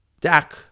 Dak